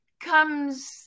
comes